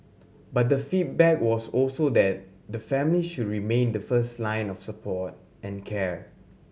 but the feedback was also that the family should remain the first line of support and care